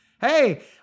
Hey